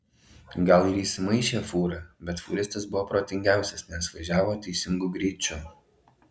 gal ir įsimaišė fūra bet fūristas buvo protingiausias nes važiavo teisingu greičiu